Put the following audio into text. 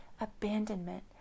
abandonment